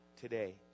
today